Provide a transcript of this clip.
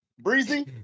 Breezy